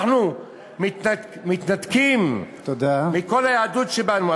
אנחנו מתנתקים מכל היהדות שבנו,